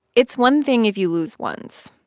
it's one thing if you lose once.